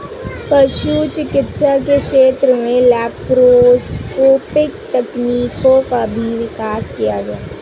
पशु चिकित्सा के क्षेत्र में लैप्रोस्कोपिक तकनीकों का भी विकास किया गया है